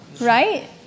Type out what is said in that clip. Right